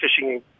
fishing